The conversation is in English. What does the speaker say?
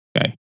Okay